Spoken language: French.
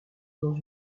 dans